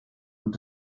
und